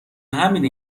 همینه